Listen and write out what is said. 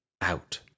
out